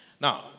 Now